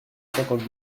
cinquante